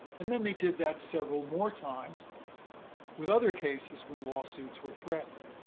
and then they did that several more times with other cases when lawsuits were threatened.